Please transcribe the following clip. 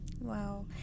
wow